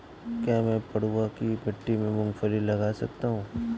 क्या मैं पडुआ की मिट्टी में मूँगफली लगा सकता हूँ?